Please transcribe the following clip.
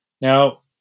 Now